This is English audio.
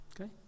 Okay